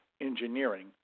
engineering